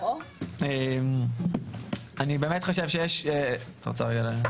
אתה רוצה להציג?